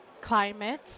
climate